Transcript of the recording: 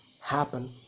happen